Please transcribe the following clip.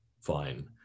Fine